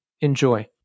Enjoy